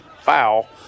foul